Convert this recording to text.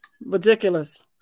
Ridiculous